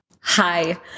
Hi